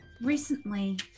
Recently